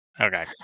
Okay